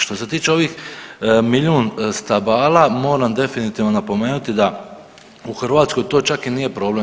Što se tiče ovih milijun stabala moram definitivno napomenuti da u Hrvatskoj to čak i nije problem.